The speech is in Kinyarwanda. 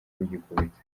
rugikubita